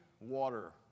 water